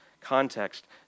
context